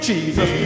Jesus